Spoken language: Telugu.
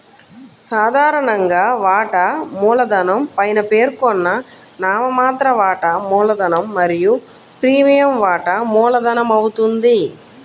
సాధారణంగా, వాటా మూలధనం పైన పేర్కొన్న నామమాత్ర వాటా మూలధనం మరియు ప్రీమియం వాటా మూలధనమవుతుంది